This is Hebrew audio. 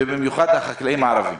ובמיוחד החקלאים הערבים?